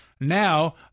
Now